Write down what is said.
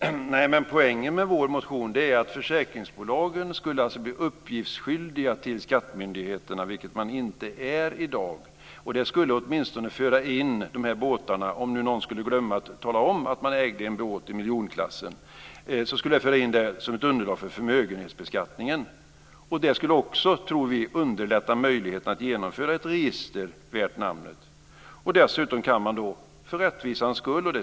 Fru talman! Nej, men poängen med vår motion är att försäkringsbolagen alltså skulle bli uppgiftsskyldiga till skattemyndigheterna. Det är man inte i dag. Det skulle åtminstone föra in de här båtarna, om nu någon skulle glömma att tala om att man äger en båt i miljonklassen, som ett underlag för förmögenhetsbeskattningen. Det skulle också, tror vi, underlätta möjligheten att genomföra ett register värt namnet. Det är också för rättvisans skull.